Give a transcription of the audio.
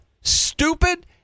stupid